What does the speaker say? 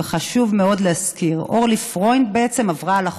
וחשוב מאוד להזכיר: אורלי פרוינד בעצם עברה על החוק.